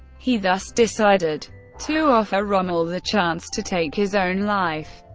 he thus decided to offer rommel the chance to take his own life.